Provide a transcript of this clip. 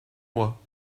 moi